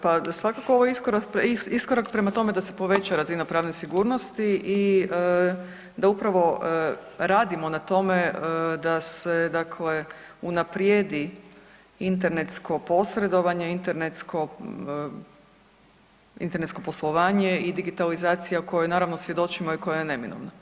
Pa svakako ovo je iskorak prema tome da se poveća razina pravne sigurnosti i da upravo radimo na tome da se unaprijedi internetsko posredovanje, internetsko poslovanje i digitalizacija koju naravno svjedočimo i koja je neminovna.